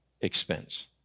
expense